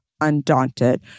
Undaunted